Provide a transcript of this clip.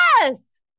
Yes